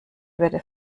würde